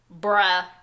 Bruh